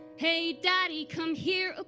hey daddy, come here,